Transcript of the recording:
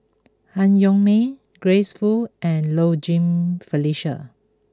Han Yong May Grace Fu and Low Jimenez Felicia